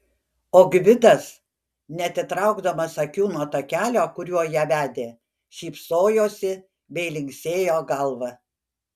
o gvidas neatitraukdamas akių nuo takelio kuriuo ją vedė šypsojosi bei linksėjo galva